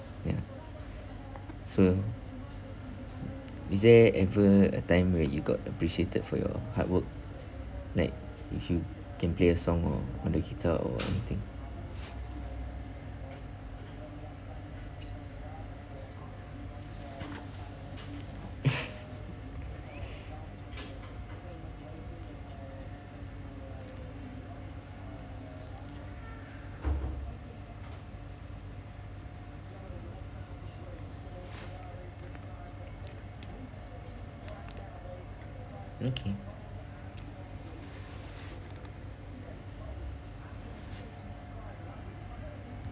ya so is there ever a time where you got appreciated for your hard work like if you can play a song or on the guitar or anything okay